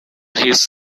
his